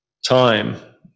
time